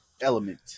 element